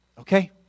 Okay